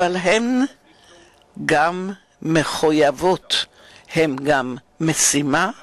אבל היא גם מחויבות ומשימה מתמדת.